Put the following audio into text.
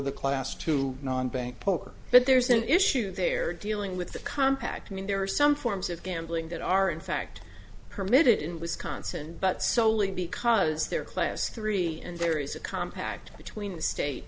the class to non bank poker but there's an issue they're dealing with the compact mean there are some forms of gambling that are in fact permitted in wisconsin but solely because their claims three and there is a compact between the state